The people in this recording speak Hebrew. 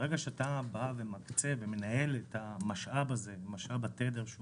ברגע שאתה מנהל את משאב התדר הזה שהוא